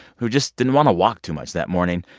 who just didn't want to walk too much that morning.